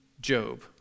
Job